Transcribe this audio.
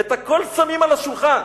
את הכול שמים על השולחן.